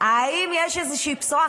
האם יש איזושהי בשורה?